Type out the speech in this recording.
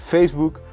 Facebook